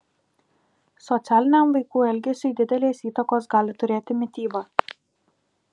socialiniam vaikų elgesiui didelės įtakos gali turėti mityba